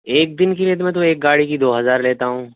ایک دن کے لیے تو میں تو ایک گاڑی کی دو ہزار لیتا ہوں